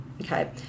Okay